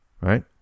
right